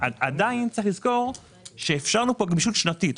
צריך לזכור שאפשרנו גמישות שנתית,